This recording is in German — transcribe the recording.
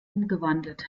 umgewandelt